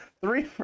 three